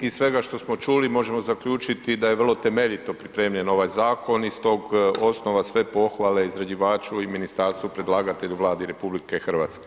Iz svega što smo čuli, možemo zaključiti da je vrlo temeljito pripremljen ovaj zakon i iz tog osnova sve pohvale izrađivači i ministarstvu, predlagatelju, Vladi RH.